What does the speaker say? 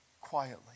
quietly